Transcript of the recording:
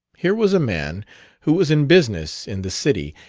here was a man who was in business in the city,